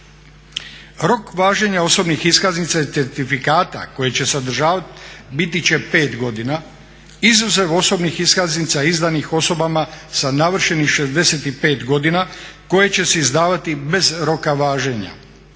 Rok važenja osobnih iskaznica i certifikata koji će sadržavati biti će pet godina, izuzev osobni iskaznica izdanih osobama sa navršenih 65 godina koje će se izdavati bez roka važenja.